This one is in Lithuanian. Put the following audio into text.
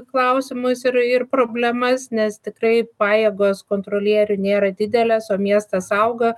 klausimus ir ir problemas nes tikrai pajėgos kontrolierių nėra didelės o miestas auga